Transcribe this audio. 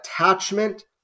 attachment